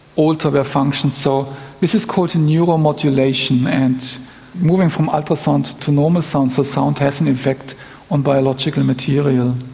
alter their function, so this is called neuromodulation, and moving from ultrasound to normal sound, so sound has an effect on biological material,